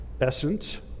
essence